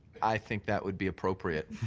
i think that would be appropriate.